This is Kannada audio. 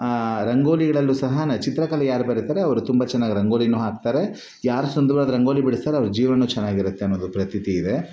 ರಂಗೋಲಿಗಳಲ್ಲೂ ಸಹ ನ ಚಿತ್ರಕಲೆ ಯಾರು ಬರಿತಾರೆ ಅವ್ರು ತುಂಬ ಚೆನ್ನಾಗಿ ರಂಗೋಲಿನು ಹಾಕ್ತಾರೆ ಯಾರು ಸುಂದರವಾದ ರಂಗೋಲಿ ಬಿಡಿಸ್ತಾರೋ ಅವ್ರ ಜೀವನನು ಚೆನ್ನಾಗಿರುತ್ತೆ ಅನ್ನೋದು ಪ್ರತೀತಿ ಇದೆ